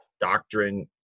doctrine